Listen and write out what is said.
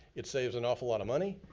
it saves an awful lot of money,